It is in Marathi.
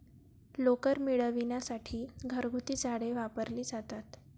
लोकर मिळविण्यासाठी घरगुती झाडे वापरली जातात